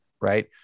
right